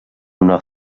una